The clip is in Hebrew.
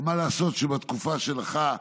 אבל מה לעשות שבתקופה שלך,